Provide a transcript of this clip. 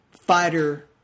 fighter